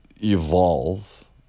evolve